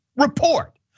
report